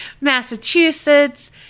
Massachusetts